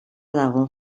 dago